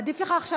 עדיף לך עכשיו.